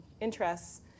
interests